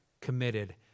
committed